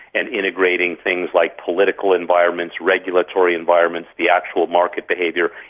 and integrating things like political environments, regulatory environments, the actual market behaviour.